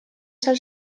sol